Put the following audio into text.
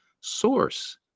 source